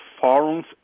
forums